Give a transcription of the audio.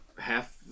half